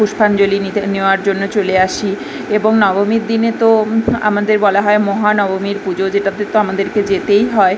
পুষ্পাঞ্জলি নিতে নেওয়ার জন্য চলে আসি এবং নবমীর দিনে তো আমাদের বলা হয় মহানবমীর পুজো যেটাতে তো আমাদেরকে যেতেই হয়